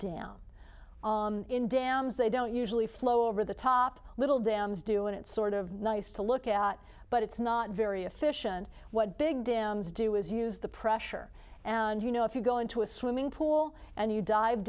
dam in dams they don't usually flow over the top little dams do it sort of nice to look at but it's not very efficient what big dams do is use the pressure and you know if you go into a swimming pool and you dive